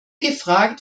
gefragt